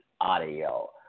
audio